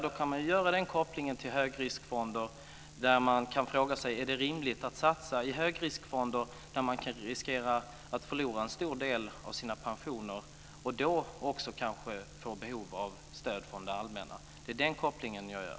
Då kan man göra den kopplingen till högriskfonder. Man kan fråga sig om det är rimligt att satsa i högriskfonder där man riskerar att förlora en stor del av sin pension och då kanske också får ett behov av stöd från det allmänna. Det är den kopplingen jag gör.